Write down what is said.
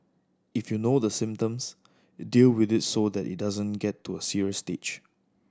if you know the symptoms deal with it so that it doesn't get to a serious stage